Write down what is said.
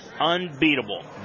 unbeatable